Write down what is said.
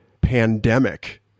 pandemic